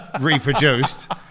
reproduced